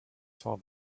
saw